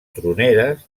troneres